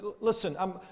Listen